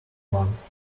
month